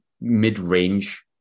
mid-range